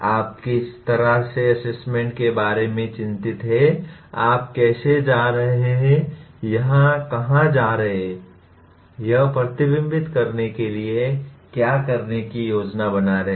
आप किस तरह से असेसमेंट के बारे में चिंतित हैं आप कैसे जा रहे हैं यह कहां जा रहा है यह प्रतिबिंबित करने के लिए क्या करने की योजना बना रहे हैं